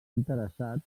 interessat